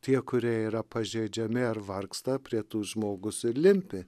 tie kurie yra pažeidžiami ar vargsta prie tų žmogus ir limpi